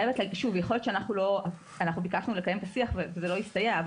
ביקשנו לקיים את השיח וזה לא הסתייע,